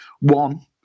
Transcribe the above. One